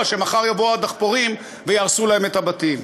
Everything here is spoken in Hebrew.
שמחר יבואו הדחפורים ויהרסו להם את הבתים.